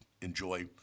enjoy